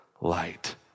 light